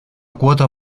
cuota